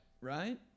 Right